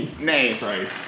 Nice